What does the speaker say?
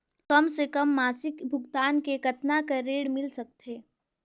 कम से कम मासिक भुगतान मे कतना कर ऋण मिल सकथे?